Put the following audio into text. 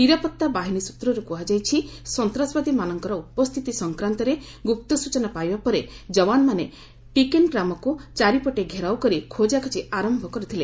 ନିରାପତ୍ତା ବାହିନୀ ସ୍ନତ୍ରରେ କୁହାଯାଇଛି ସନ୍ତାସବାଦୀମାନଙ୍କର ଉପସ୍ଥିତି ସଂକ୍ରାନ୍ତରେ ଗୁପ୍ତ ସୂଚନା ପାଇବା ପରେ ଯବାନମାନେ ଟିକେନ୍ ଗ୍ରାମକୁ ଚାରିପଟେ ଘେରାଉ କରି ଖୋଜାଖୋଜି ଆରମ୍ଭ କରିଥିଲେ